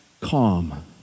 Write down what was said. calm